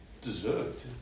deserved